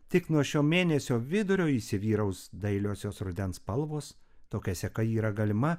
tik nuo šio mėnesio vidurio įsivyraus dailiosios rudens spalvos tokia seka yra galima